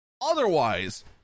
Otherwise